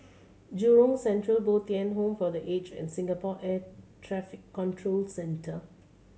Jurong Central Bo Tien Home for The Aged and Singapore Air Traffic Control Centre